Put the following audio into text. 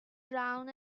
brown